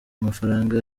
amafaranga